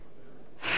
כיום,